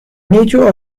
nature